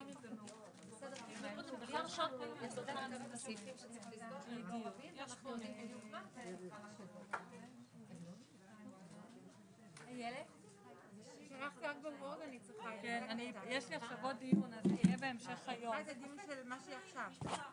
בשעה 13:25.